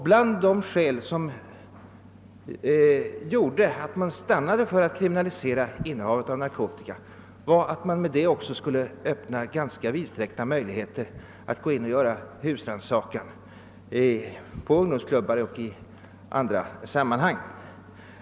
Bland de skäl som gjorde att man stannade för att kriminalisera innehavet av narkotika var att man på så sätt skulle öppna vidsträckta möjligheter att göra husrannsakan i ungdomsklubbar och på andra ställen.